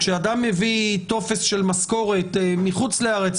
כשאדם מביא טופס משכורת מחוץ לארץ,